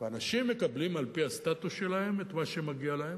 ואנשים מקבלים על-פי הסטטוס שלהם את מה שמגיע להם